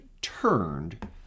turned